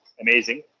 amazing